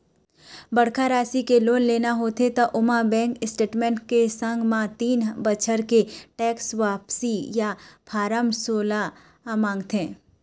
बड़का राशि के लोन लेना होथे त ओमा बेंक स्टेटमेंट के संग म तीन बछर के टेक्स वापसी या फारम सोला मांगथे